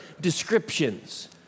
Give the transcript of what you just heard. descriptions